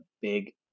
big